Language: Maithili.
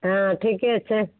हँ ठीके छै